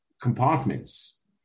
compartments